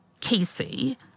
Casey